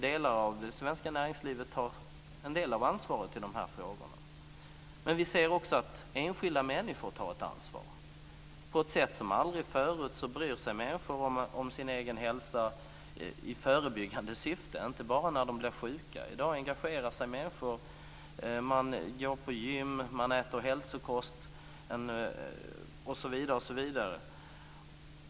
Delar av det svenska näringslivet tar en del av ansvaret i de här frågorna. Men vi ser också att enskilda människor tar ett ansvar. På ett sätt som aldrig förut bryr sig människor om sin egen hälsa i förebyggande syfte, inte bara när de blir sjuka. I dag engagerar sig människor, man går på gym, man äter hälsokost osv.